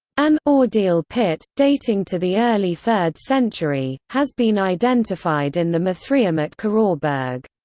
an ordeal pit, dating to the early third century, has been identified in the mithraeum at carrawburgh.